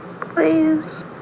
Please